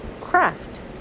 craft